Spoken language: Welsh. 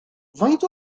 faint